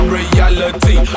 reality